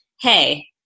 Hey